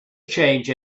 change